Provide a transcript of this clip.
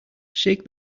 shake